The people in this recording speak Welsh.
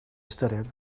ystyried